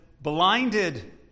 blinded